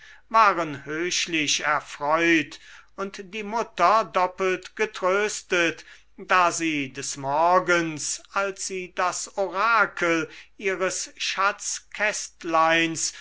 waren höchlich erfreut und die mutter doppelt getröstet da sie des morgens als sie das orakel ihres schatzkästleins